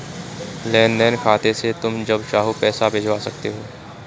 लेन देन खाते से तुम जब चाहो पैसा भिजवा सकते हो